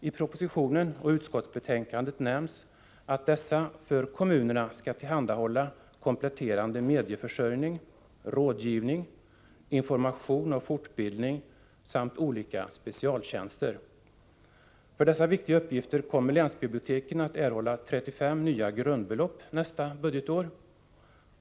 I propositionen och utskottsbetänkandet nämns att dessa för kommunerna skall tillhandahålla kompletterande medieförsörjning, rådgivning, information och fortbildning samt olika specialtjänster. För dessa viktiga uppgifter kommer länsbiblioteken att erhålla 35 nya grundbelopp nästa budgetår.